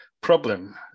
problem